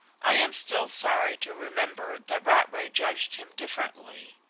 i am still sorry to remember that rattray judged him differently.